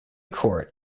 court